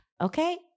okay